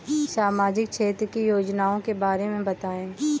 सामाजिक क्षेत्र की योजनाओं के बारे में बताएँ?